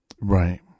Right